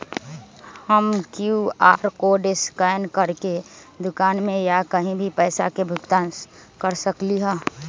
हम QR code scan करके दुकान में या कहीं भी पैसा के भुगतान कर सकली ह?